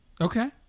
Okay